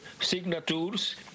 signatures